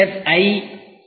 I J